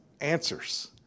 answers